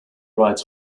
rights